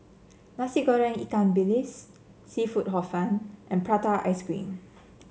Nasi Goreng Ikan Bilis seafood Hor Fun and Prata Ice Cream